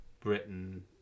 Britain